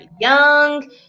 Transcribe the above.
young